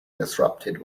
disrupted